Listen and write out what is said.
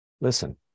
listen